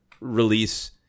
release